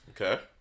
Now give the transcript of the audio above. okay